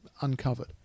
uncovered